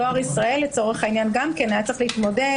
ודואר ישראל לצורך העניין גם היה צריך להתמודד